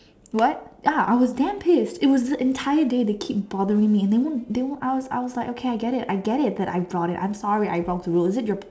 what ya I was damn pissed it was an entire day they keep bothering me and they won't they won't I was like I was like okay I get it I get it that I brought it I'm sorry that I brought jewels then they were